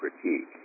critique